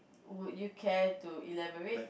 would you care to elaborate